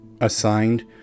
assigned